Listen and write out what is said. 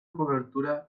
cobertura